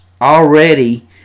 already